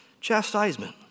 chastisement